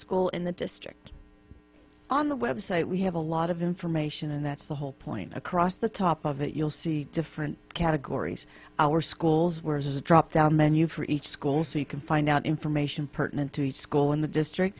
school in the district on the website we have a lot of information and that's the whole point across the top of it you'll see different categories our schools were just drop down menu for each school so you can find out information pertinent to each school in the district